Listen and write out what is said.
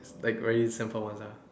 like very simple ones ah